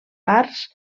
parts